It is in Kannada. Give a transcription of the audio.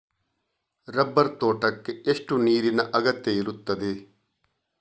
ರಬ್ಬರ್ ತೋಟಕ್ಕೆ ಎಷ್ಟು ನೀರಿನ ಅಗತ್ಯ ಇರುತ್ತದೆ?